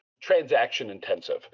transaction-intensive